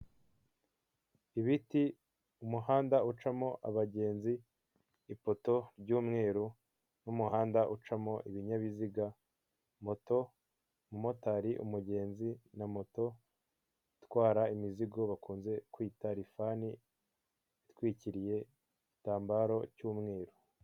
Ibiti umuhanda ucamo abagenzi, ipoto ry'umweru n'umuhanda ucamo ibinyabiziga, moto umumotari umugenzi, na moto itwara imizigo bakunze kwita rifani itwikiriye igitambaro cy'umweru.